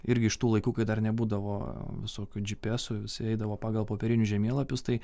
irgi iš tų laikų kai dar nebūdavo visokių džipiesų visi eidavo pagal popierinius žemėlapius tai